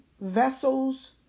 vessels